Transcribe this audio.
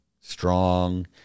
strong